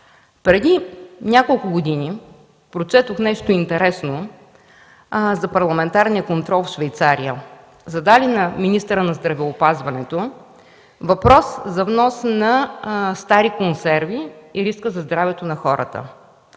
Преди няколко години прочетох нещо интересно за парламентарния контрол в Швейцария. Задали на министъра на здравеопазването въпрос за внос стари консерви и риска за здравето на хората.